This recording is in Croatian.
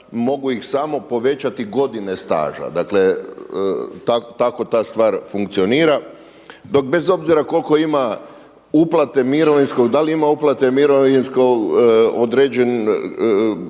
Mogu ih samo povećati godine staža. Dakle, tako ta stvar funkcionira. Dok bez obzira koliko ima uplate mirovinskog, da li ima uplate mirovinskog, određene